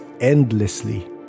endlessly